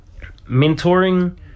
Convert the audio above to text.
mentoring